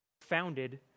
founded